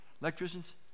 Electricians